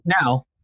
Now